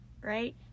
right